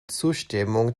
zustimmung